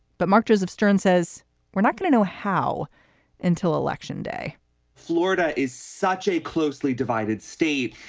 but mark, joseph stern says we're not going to know how until election day florida is such a closely divided state.